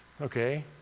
okay